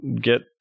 get